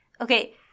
Okay